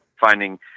finding